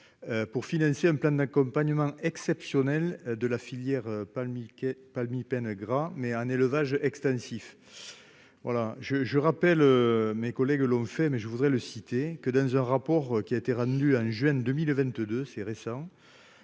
pour financer un plan d'accompagnement exceptionnelles de la filière pas Mickey palmipèdes gras mais un élevage extensif, voilà je je rappelle mes collègues l'ont fait, mais je voudrais le citer que dans un rapport qui a été rendu en juin 2022 c'est récent